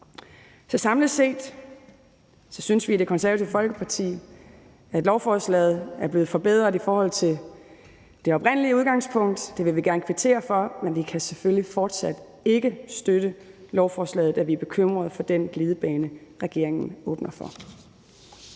samlet set synes vi i Det Konservative Folkeparti, at lovforslaget er blevet forbedret i forhold til det oprindelige udgangspunkt. Det vil vi gerne kvittere for, men vi kan selvfølgelig fortsat ikke støtte lovforslaget, da vi er bekymrede for den glidebane, regeringen åbner for.